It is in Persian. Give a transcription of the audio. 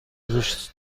دوست